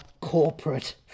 corporate